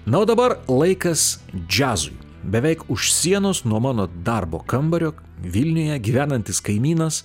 na o dabar laikas džiazui beveik už sienos nuo mano darbo kambario vilniuje gyvenantis kaimynas